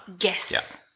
Yes